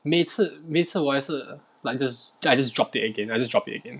每次每次我也是 like just I just drop it again I just drop it again